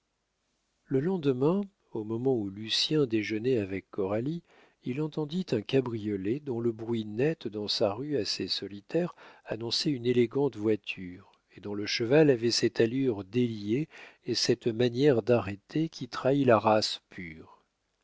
le lendemain au moment où lucien déjeunait avec coralie il entendit un cabriolet dont le bruit net dans sa rue assez solitaire annonçait une élégante voiture et dont le cheval avait cette allure déliée et cette manière d'arrêter qui trahit la race pure